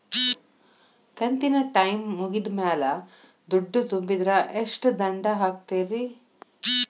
ಕಂತಿನ ಟೈಮ್ ಮುಗಿದ ಮ್ಯಾಲ್ ದುಡ್ಡು ತುಂಬಿದ್ರ, ಎಷ್ಟ ದಂಡ ಹಾಕ್ತೇರಿ?